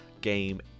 game